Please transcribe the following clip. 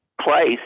place